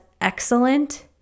excellent